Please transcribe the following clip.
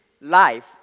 life